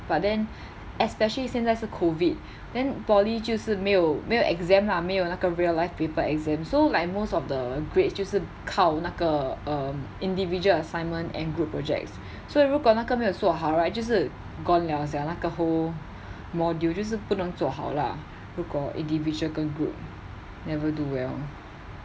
but then especially 现在是 COVID then poly 就是没有没有 exam lah 没有那个 real life paper exam so like most of the grades 就是靠那个 um individual assignment and group projects 所以如果那个没有做好 right 就是 gone 了 sia 那个 whole module 就是不能做好 lah 如果 individual 跟 group never do well